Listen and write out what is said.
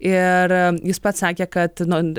ir jis pats sakė kad